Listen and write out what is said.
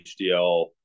HDL